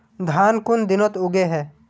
धान कुन दिनोत उगैहे